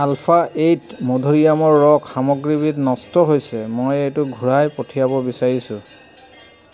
ULFA eight মধুৰীআমৰ ৰস সামগ্ৰীবিধ নষ্ট হৈছে মই এইটো ঘূৰাই পঠিয়াব বিচাৰিছোঁ